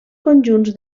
conjunts